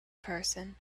person